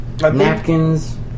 napkins